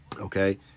okay